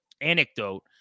anecdote